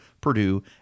Purdue